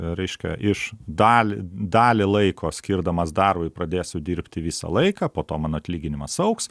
reiškia iš dalį dalį laiko skirdamas darbui pradėsiu dirbti visą laiką po to mano atlyginimas augs